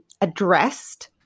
Addressed